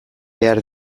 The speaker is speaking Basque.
behar